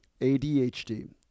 ADHD